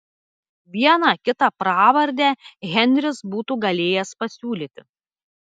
vieną kitą pravardę henris būtų galėjęs pasiūlyti